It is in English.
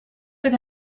with